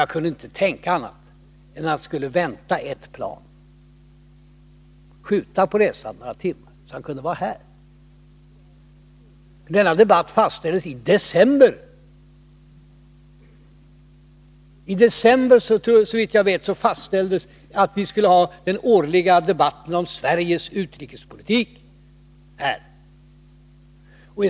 Jag kunde inte tänka mig att han efter det beskedet inte skulle skjuta upp sin resa några timmar för att kunna delta i debatten. Såvitt jag vet fastställdes datum för den årliga debatten om Sveriges utrikespolitik redan i december.